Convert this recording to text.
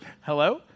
Hello